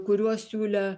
kuriuos siūlė